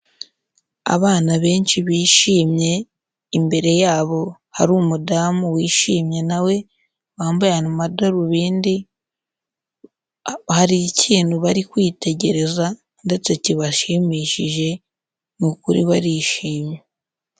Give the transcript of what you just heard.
Abana benshi bishimye, imbere yabo hari umudamu wishimye na we wambaye amadarubindi hari ikintu bari kwitegereza ndetse kibashimishije ni ukuri barishimye.